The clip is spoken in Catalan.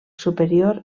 superior